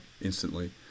instantly